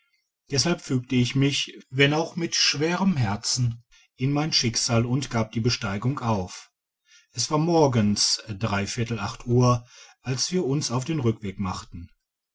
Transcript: deshalb fügte ich mich wenn auch mit schwerem herzen in mein schicksal und gab die besteigung auf es war morgens drei uhr als wir uns auf den rückweg machten